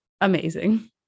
amazing